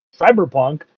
Cyberpunk